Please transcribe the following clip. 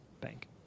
bank